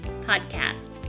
podcast